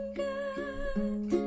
good